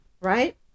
right